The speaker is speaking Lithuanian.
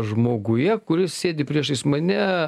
žmoguje kuris sėdi priešais mane